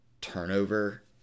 turnover